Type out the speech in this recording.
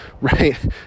right